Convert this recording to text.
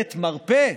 ולעת מרפא,